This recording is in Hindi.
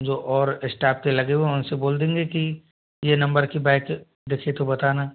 जो और स्टाफ से लगे हुए हैं उनसे बोल देंगे कि ये नंबर की बाइक दिखे तो बताना